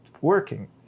working